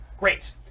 Great